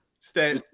Stay